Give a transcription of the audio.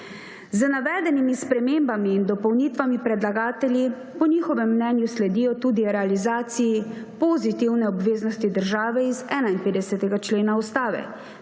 Z navedenimi spremembami in dopolnitvami predlagatelji po njihovem mnenju sledijo tudi realizaciji pozitivne obveznosti države iz 51. člena Ustave,